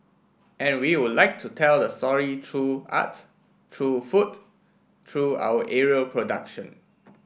and we would like to tell the story through art through food through our aerial production